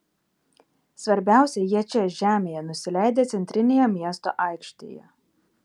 svarbiausia jie čia žemėje nusileidę centrinėje miesto aikštėje